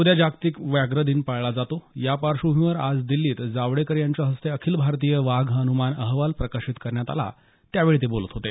उद्या जागतिक व्याघ्र दिन पाळला जातो या पार्श्वभूमीवर आज दिल्लीत जावडेकर यांच्या हस्ते अखिल भारतीय वाघ अन्मान अहवाल प्रकाशित करण्यात आला त्यावेळी ते बोलत होते